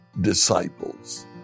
disciples